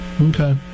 Okay